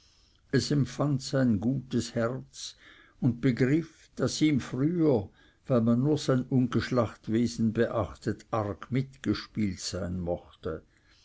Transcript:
es empfand sein gutes herz und begriff daß ihm früher weil man nur sein ungeschlacht wesen beachtet arg mitgespielt worden sein mochte